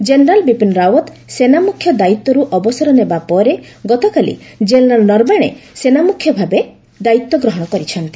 general Bipin Rawat ସେନାମୁଖ୍ୟ ଦାୟିତ୍ୱରୁ ଅବସର ନେବା ପରେ ଗତକାଲି ଜେନେରାଲ ନରବାଣେ ସେନାମୁଖ୍ୟ ଭାବେ ଦାୟିତ୍ୱ ଗ୍ରହଣ କରିଛନ୍ତି